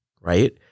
Right